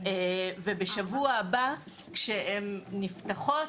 ובשבוע הבא כשהן נפתחות,